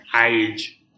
age